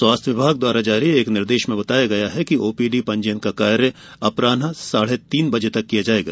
स्वास्थ्य विभाग द्वारा जारी एक निर्देश में बताया गया है कि अब ओपीडी पंजीयन का कार्य अपरान्ह साढ़े तीन बजे तक किया जायेगा